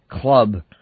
club